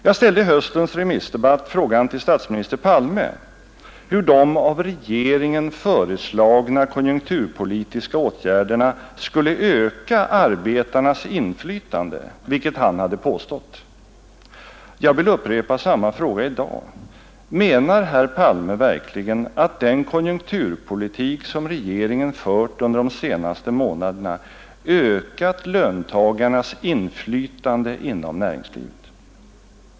Jag ställde i höstens remissdebatt frågan till statsminister Palme hur de av regeringen föreslagna konjunkturpolitiska åtgärderna skulle öka arbetarnas inflytande, vilket han hade påstått. Jag vill upprepa samma fråga i dag: Menar herr Palme verkligen att den konjunkturpolitik som regeringen fört under de senaste månaderna ökat löntagarnas inflytande inom näringslivet?